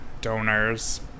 donors